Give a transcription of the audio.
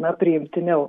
na priimtiniau